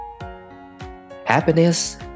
Happiness